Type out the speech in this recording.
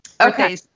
Okay